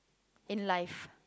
in life